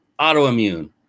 autoimmune